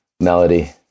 Melody